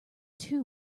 too